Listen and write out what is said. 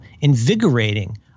invigorating